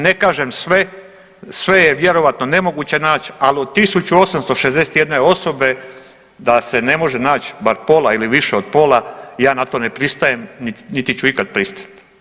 Ne kažem sve, sve je vjerojatno nemoguće naći, ali od 1861 osobe da se ne može naći bar pola ili više od pola ja na to ne pristajem, niti ću ikad pristati.